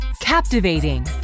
captivating